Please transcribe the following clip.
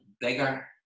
bigger